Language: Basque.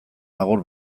agur